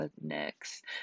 next